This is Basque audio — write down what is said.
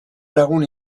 lagun